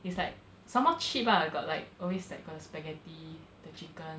it's like somemore cheap lah got like always got like the spaghetti the chicken